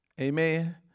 Amen